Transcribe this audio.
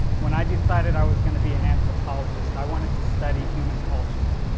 when i decided i was going to be an anthropologist i wanted to study human cultures.